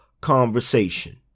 conversation